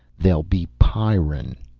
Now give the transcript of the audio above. they'll be pyrran.